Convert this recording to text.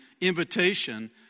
invitation